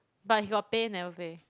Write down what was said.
but he got pay never play